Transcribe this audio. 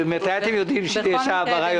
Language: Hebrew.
ממתי אתם יודעים שיש העברה?